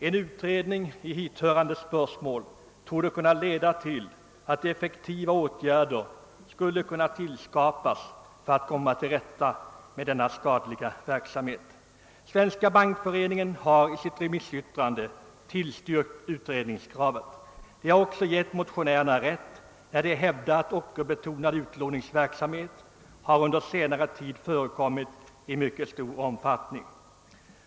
En utredning av hithörande spörsmål torde kunna leda till att effektiva åtgärder kan vidtagas för att förhindra den skadliga verksamheten. Svenska bankföreningen har i sitt remissyttrande tillstyrkt utredningskravet. Bankföreningen har också givit oss motionärer rätt i att den ockerbetonade utlåningen under senare tid haft mycket stor omfattning.